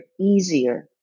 easier